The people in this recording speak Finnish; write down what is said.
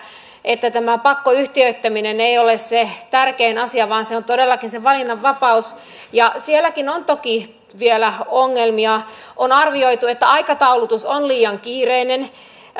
että tämä pakkoyhtiöittäminen ei ole se tärkein asia vaan se on todellakin se valinnanvapaus sielläkin on toki vielä ongelmia on arvioitu että aikataulutus on liian kiireinen ja